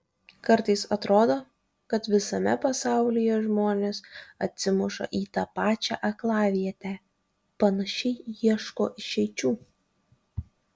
kartais atrodo kad visame pasaulyje žmonės atsimuša į tą pačią aklavietę panašiai ieško išeičių